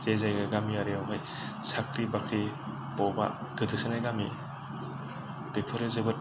जे जोङो गामियारियावहाय साख्रि बाख्रि बबावबा गोदोसोनाय गामि बेफोरो जोबोद